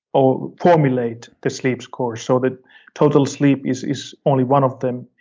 or formulate the sleep score, so the total sleep is is only one of them.